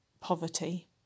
poverty